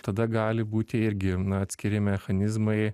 tada gali būti irgi atskiri mechanizmai